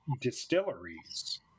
distilleries